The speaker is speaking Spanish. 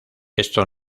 esto